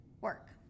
work